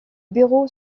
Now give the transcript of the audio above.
bureau